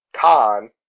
con